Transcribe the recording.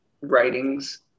writings